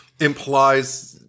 implies